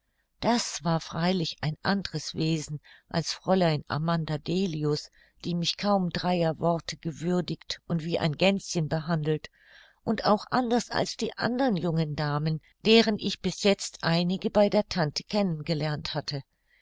das war freilich ein andres wesen als fräulein amanda delius die mich kaum dreier worte gewürdigt und wie ein gänschen behandelt und auch anders als die andern jungen damen deren ich bis jetzt einige bei der tante kennen gelernt hatte